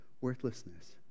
worthlessness